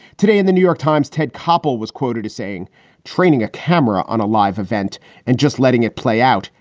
today in the new york times, ted koppel was quoted as saying training a camera on a live event and just letting it play out.